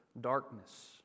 darkness